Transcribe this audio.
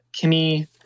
Kimmy